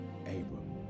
Abram